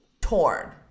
torn